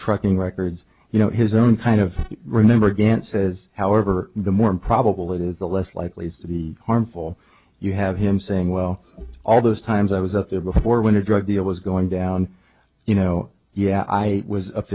trucking records you know his own kind of remember again says however the more improbable it is the less likely it is to be harmful you have him saying well all those times i was up there before when a drug deal was going down you know yeah i was up